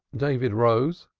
david rose,